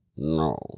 No